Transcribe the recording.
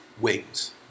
wings